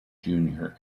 junior